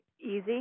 easy